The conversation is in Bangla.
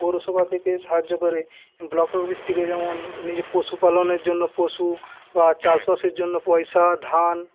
পৌরসভা থেকে সাহায্য করে ব্লক অফিস থেকে যেমন নিজের পশুপালনের জন্য পশু বা চাষবাসের জন্য পয়সা ধান